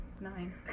Nine